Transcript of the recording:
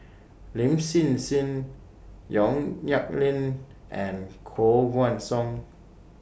Lin Hsin Hsin Yong Nyuk Lin and Koh Guan Song